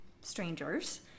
strangers